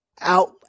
out